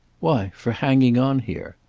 why for hanging on here.